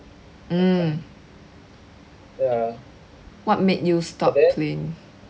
mm what made you stop playing